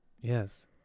yes